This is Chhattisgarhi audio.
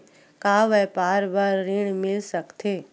का व्यापार बर ऋण मिल सकथे?